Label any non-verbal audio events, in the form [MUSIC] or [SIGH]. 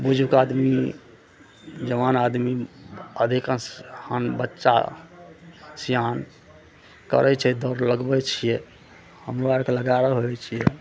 बुजुर्ग आदमी जवान आदमी हरेक [UNINTELLIGIBLE] बच्चा सियान करै छै दौड़ लगबै छियै हमरो आरके लगा रहल छियै